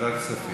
ועדת הכספים.